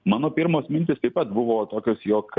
mano pirmos mintys taip pat buvo tokios jog